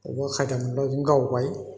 अबावबा खायदा मोनब्ला बिदिनो गावबाय